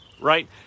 right